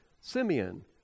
Simeon